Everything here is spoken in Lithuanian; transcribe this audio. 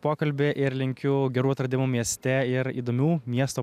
pokalbį ir linkiu gerų atradimų mieste ir įdomių miesto